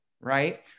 right